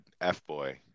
F-boy